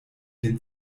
den